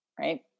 right